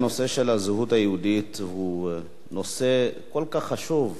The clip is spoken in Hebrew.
הנושא של הזהות היהודית הוא נושא כל כך חשוב,